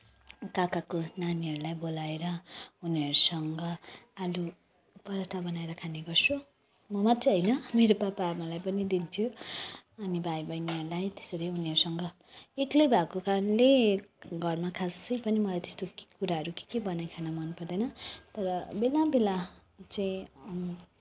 काकाको नानीहरूलाई बोलाएर उनीहरूसँग आलुपराठा बनाएर खानेगर्छु म मात्रै होइन मेरो पापाआमालाई पनि दिन्छु अनि भाइबहिनीहरूलाई त्यसरी उनीहरूसँग एक्लै भएको कारणले घरमा खासै पनि मलाई त्यस्तो कुराहरू के के बनाएर खान मनपर्दैन तर बेला बेला चाहिँ